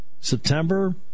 September